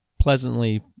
pleasantly